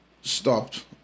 stopped